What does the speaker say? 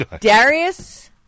Darius